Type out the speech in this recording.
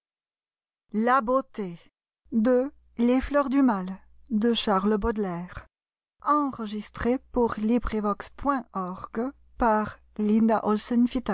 l'estla nôtre les fleurs du mal